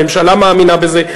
הממשלה מאמינה בזה,